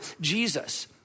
Jesus